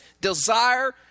desire